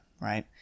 right